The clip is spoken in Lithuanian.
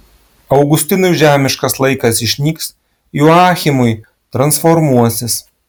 augustinui žemiškas laikas išnyks joachimui transformuosis